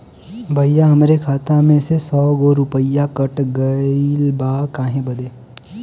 भईया हमरे खाता मे से सौ गो रूपया कट गइल बा काहे बदे?